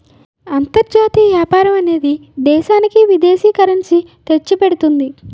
అంతర్జాతీయ వ్యాపారం అనేది దేశానికి విదేశీ కరెన్సీ ని తెచ్చిపెడుతుంది